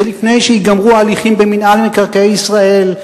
זה לפני שייגמרו ההליכים במינהל מקרקעי ישראל,